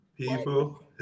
people